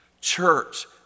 church